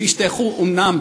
שהשתייכו אומנם